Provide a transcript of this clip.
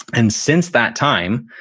and since that time,